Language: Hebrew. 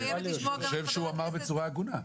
אני חושב שהוא אמר בצורה הגונה.